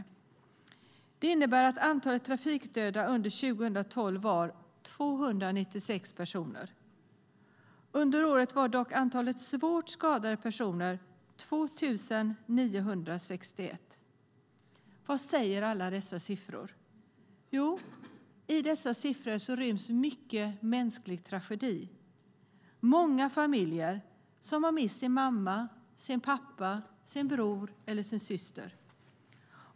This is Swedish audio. Detta innebär att antalet trafikdödade under 2012 var 296 personer. Under året var dock antalet svårt skadade personer 2 961. Vad säger alla dessa siffror? Jo, i dessa siffror ryms mycket mänsklig tragedi. Många familjer har mist sin mamma, sin pappa, sin bror eller sin syster.